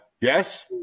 yes